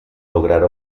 lograr